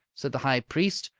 said the high priest,